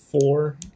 four